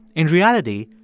in reality,